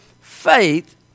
faith